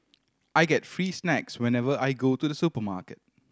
I get free snacks whenever I go to the supermarket